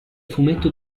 fumetto